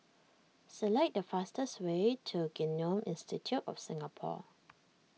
select the fastest way to Genome Institute of Singapore